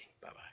bye-bye